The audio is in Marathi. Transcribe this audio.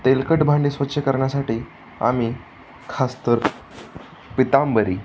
तेलकट भांडे स्वच्छ करण्यासाठी आम्ही खास तर पितांबरी